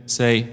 say